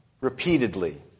repeatedly